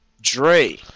dre